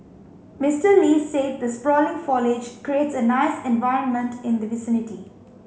Mister Lee said the sprawling foliage creates a nice environment in the vicinity